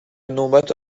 نوبت